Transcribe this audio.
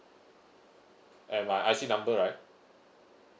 and my I_C number right